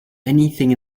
anything